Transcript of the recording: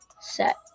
set